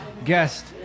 guest